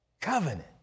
Covenant